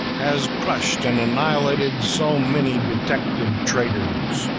has crushed and annihilated so many detected traitors?